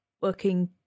working